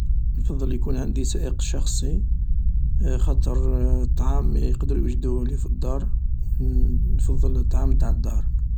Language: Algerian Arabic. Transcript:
.نفضل يكون عندي سائق شخصي خاطر طعام يقدرو يوجدوهولي في الدار نفضل الطعام تاع الدار